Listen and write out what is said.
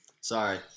Sorry